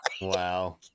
Wow